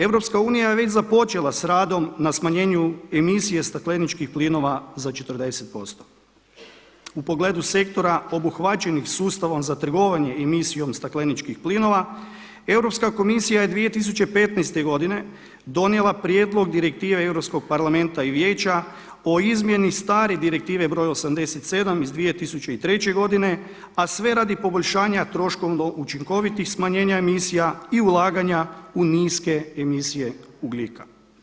EU je već započela sa radom na smanjenju emisije stakleničkih plinova za 40% U pogledu sektora obuhvaćenih sustavom za trgovanje emisijom stakleničkih plinova europska komisija je 2015. godine donijela prijedlog Direktive Europskog parlamenta i Vijeća o izmjeni stare Direktive br. 87 iz 2003. godine, a sve radi poboljšanja troškova, učinkovitih smanjenja emisija i ulaganja u niske emisije ugljika.